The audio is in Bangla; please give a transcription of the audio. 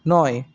নয়